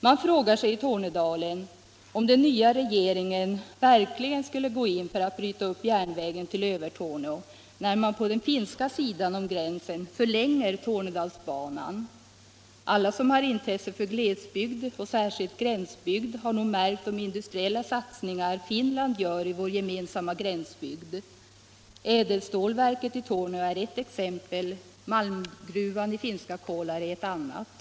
Man frågar sig i Tornedalen om den nya regeringen verkligen skall gå in för att bryta upp järnvägen till Övertorneå, när man på den finska sidan om gränsen förlänger Tornedalsbanan. Alla som har intresse för glesbygd och särskilt gränsbygd har nog märkt de industriella satsningar Finland gör i vår gemensamma gränsbygd. Ädelstålverket i Torneå är ett exempel, malmgruvan i finska Kolari ett annat.